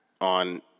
on